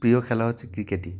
প্রিয় খেলা হচ্ছে ক্রিকেটই